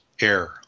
air